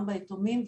גם ביתומים,